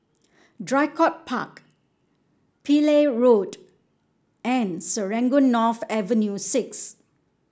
Draycott Park Pillai Road and Serangoon North Avenue Six